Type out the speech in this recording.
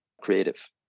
creative